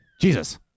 Jesus